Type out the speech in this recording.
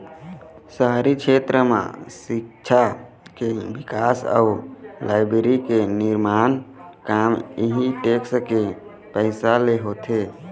शहरी छेत्र म सिक्छा के बिकास अउ लाइब्रेरी के निरमान काम इहीं टेक्स के पइसा ले होथे